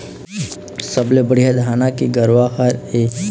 सबले बढ़िया धाना के का गरवा हर ये?